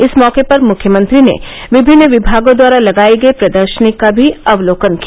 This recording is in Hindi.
इस मौके पर मुख्यमंत्री ने विभिन्न विभागों द्वारा लगायी प्रदर्शनी का भी अवलोकन किया